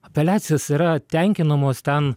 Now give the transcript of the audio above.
apeliacijos yra tenkinamos ten